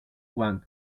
wang